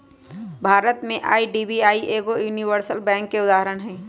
भारत में आई.डी.बी.आई एगो universal bank के उदाहरण हइ